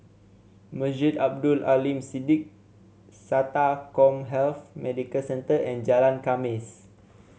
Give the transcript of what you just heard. Masjid Abdul Aleem Siddique SATA CommHealth Medical Centre and Jalan Khamis